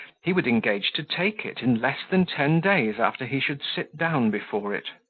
he would engage to take it in less than ten days after he should sit down before it.